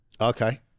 okay